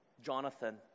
Jonathan